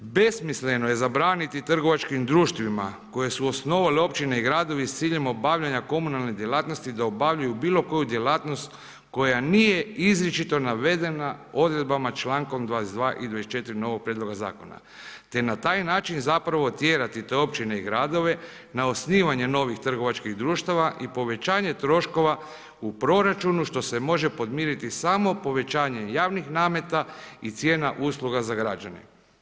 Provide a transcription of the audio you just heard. Besmisleno je zabraniti trgovačkim društvima, koje su osnovale općine i gradovi s ciljem obavljanja komunalne djelatnosti da obavljaju bilo koju djelatnost koja nije izričito navedena odredbama člankom 22. i 24. novog prijedloga zakona, te na taj način, zapravo tjerati te općine i gradove, na osnivanje novih trgovačkim društvima i povećanje troškova u proračunu, što se može podmiriti samo povećanje javnih nameta i cijena usluga za građane.